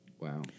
Wow